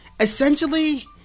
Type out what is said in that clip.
Essentially